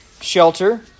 shelter